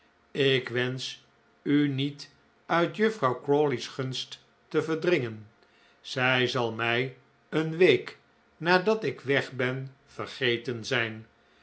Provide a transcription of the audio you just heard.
ik wensch u niet uit juffrouw crawley's gunst te verdringen zij zal mij een week nadat ik weg ben vergeten zijn